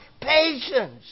Patience